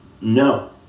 No